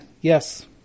yes